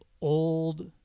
old